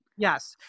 Yes